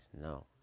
no